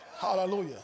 Hallelujah